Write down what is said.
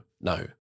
no